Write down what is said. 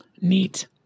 Neat